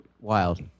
Wild